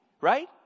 Right